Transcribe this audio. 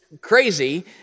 crazy